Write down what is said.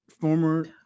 former